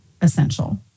essential